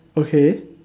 okay